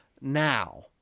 now